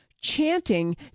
chanting